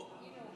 פה.